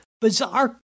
bizarre